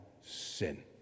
sin